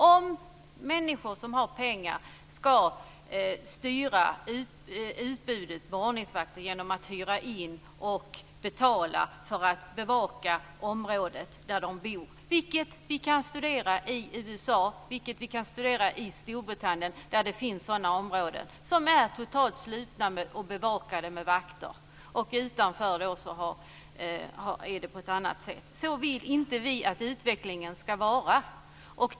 Ska människor som har pengar få styra utbudet av ordningsvakter genom att hyra in och betala för bevakning av området där de bor? Det kan vi studera i USA och i Storbritannien där det finns sådana områden som är totalt slutna och bevakade av vakter. Utanför ser det helt annorlunda ut. Så vill inte vi att utvecklingen ska se ut.